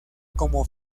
como